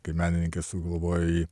kai menininkė sugalvojo jį